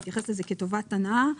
להתייחס לזה כטובת הנאה,